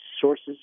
sources